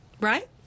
right